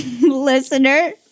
listener